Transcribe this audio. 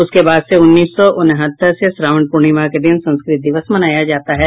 उसके बाद से उन्नीस सौ उनहत्तर से श्रावण पूर्णिमा के दिन संस्कृत दिवस मनाया जाता है